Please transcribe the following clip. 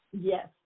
Yes